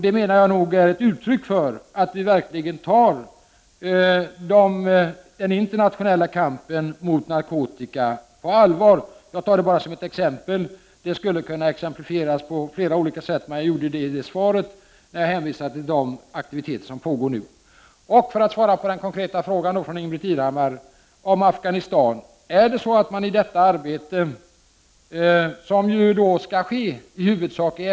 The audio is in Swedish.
Det menar jag är ett uttryck för att Sverige verkligen tar den internationella kampen mot narkotika på allvar. Det är bara ett exempel, det finns flera, som jag tog upp i svaret när jag hänvisade till de aktiviteter som nu pågår. Jag skall svara på den konkreta frågan om Afghanistan från Ingbritt Ir hammar. Om man vid detta arbete, som i huvudsak skall ske i FN:s regi, Prot.